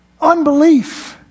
unbelief